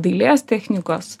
dailės technikos